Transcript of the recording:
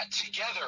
together